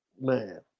Man